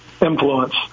influence